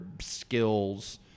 skills